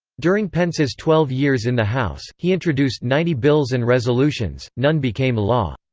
during pence's twelve years in the house, he introduced ninety bills and resolutions none became law.